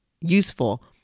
useful